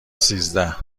سیزده